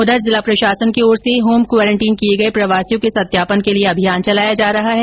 उधर जिला प्रशासन की ओर से होम क्वारेन्टीन किये गये प्रवासियों के सत्यापन के लिए अभियान चलाया जा रहा है